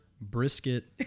brisket